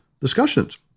discussions